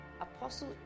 Apostle